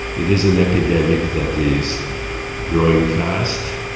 it is an epidemic that is growing fast.